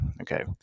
okay